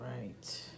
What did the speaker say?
right